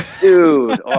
Dude